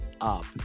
Up